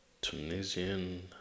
Tunisian